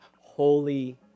holy